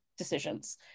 Decisions